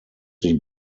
sich